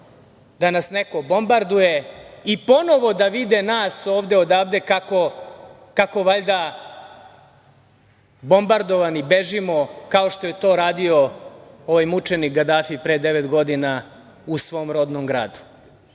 da nas neko bombarduje i ponovo da vide nas ovde odavde kako valjda bombardovani bežimo, kao što je to radio ovaj mučenik Gadafi pre devet godina u svom rodnom gradu. Da